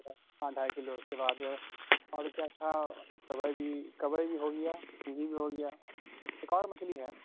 ہاں ڈھائی کلو اس کے بعد اور کیا تھا کوئی بھی کوئی بھی ہو گیا سنگھی بھی ہو گیا ایک اور مچھلی ہے